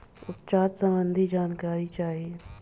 उपचार सबंधी जानकारी चाही?